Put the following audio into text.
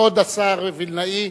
כבוד השר וילנאי